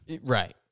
Right